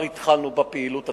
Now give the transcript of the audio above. התחלנו כבר בפעילות עצמה.